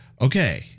Okay